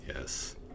Yes